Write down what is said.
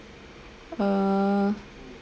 err